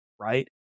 right